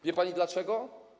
Wie pani dlaczego?